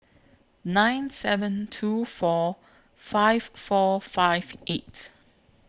nine seven two four five four five eight